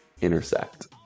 intersect